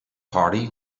party